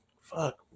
fuck